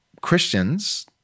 Christians